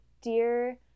dear